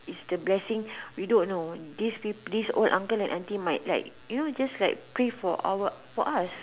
it's the blessing we don't know this this old uncle and auntie might like you know just like pray for our for us